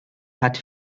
hat